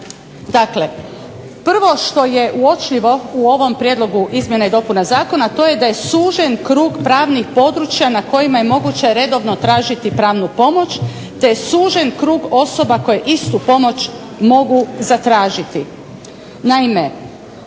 Dakle, prvo što je uočljivo u ovom prijedlogu izmjena i dopuna zakona, a to je da je sužen krug pravnih područja na kojima je moguće redovno tražiti pravnu pomoć, te je sužen krug osoba koje istu pomoć mogu zatražiti.